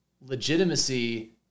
legitimacy